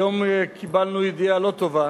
היום קיבלנו ידיעה לא טובה